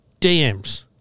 DMs